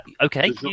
Okay